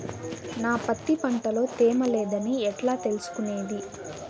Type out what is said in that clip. నా పత్తి పంట లో తేమ లేదని ఎట్లా తెలుసుకునేది?